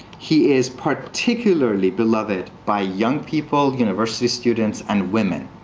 he is particularly beloved by young people, university students, and women.